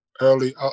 early